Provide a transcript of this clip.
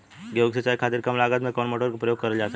गेहूँ के सिचाई खातीर कम लागत मे कवन मोटर के प्रयोग करल जा सकेला?